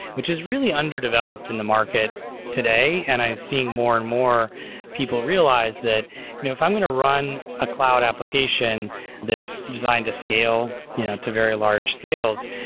which is really underdeveloped in the market today, and i've seen more and more people realize that you know if i'm going to run a cloud application that's designed to scale yeah to very large scales,